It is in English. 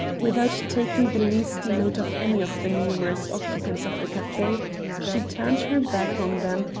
without taking the least notice of any of the numerous occupants of the cafe she turned her back on them,